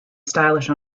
stylish